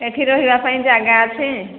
ଏଠି ରହିବା ପାଇଁ ଜାଗା ଅଛି